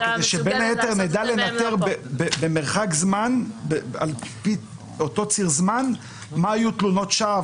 שבין היתר נדע לנטר על אותו ציר זמן מה היו תלונות השווא,